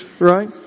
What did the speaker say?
right